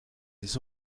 les